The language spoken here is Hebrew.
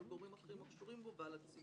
על גורמים אחרים הקשורים בו ועל הציבור,